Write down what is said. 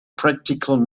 practical